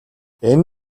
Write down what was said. энэ